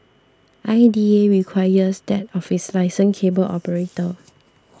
I D A requires that of its licensed cable operator